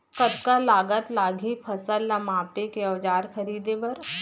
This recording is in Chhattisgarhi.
कतका लागत लागही फसल ला मापे के औज़ार खरीदे बर?